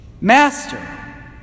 Master